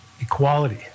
Equality